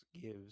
gives